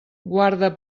guarda